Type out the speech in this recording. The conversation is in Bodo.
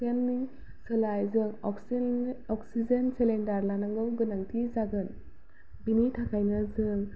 अक्सिजेननि सोलाय जों अक्सिजेन अक्सिजेन सिलिन्डार लानांनो गोनांथि जागोन बिनि थाखायनो जों